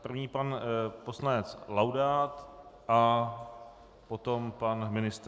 První je pan poslanec Laudát a potom pan ministr.